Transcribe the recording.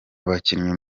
abakinnyi